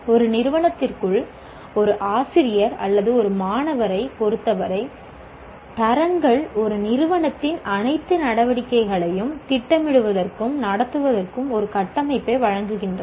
ஒரு நிறுவனத்திற்குள் ஒரு ஆசிரியர் அல்லது ஒரு மாணவரைப் பொருத்தவரை தரங்கள் ஒரு நிறுவனத்தின் அனைத்து நடவடிக்கைகளையும் திட்டமிடுவதற்கும் நடத்துவதற்கும் ஒரு கட்டமைப்பை வழங்குகின்றன